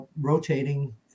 rotating